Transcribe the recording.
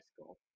school